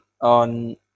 on